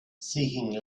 seeking